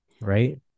right